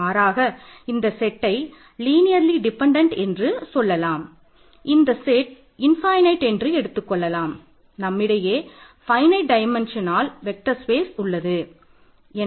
மாறாக இந்த செட்டை n 1 ன் மதிப்பு 0